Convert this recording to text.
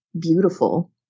beautiful